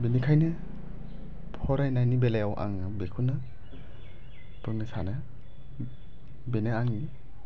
बेनिखायनो फरायनायनि बेलायाव आङो बेखौनो बुंनो सानो बेनो आंनि